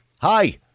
hi